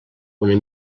una